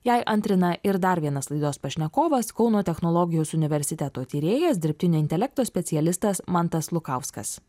jai antrina ir dar vienas laidos pašnekovas kauno technologijos universiteto tyrėjas dirbtinio intelekto specialistas mantas lukauskas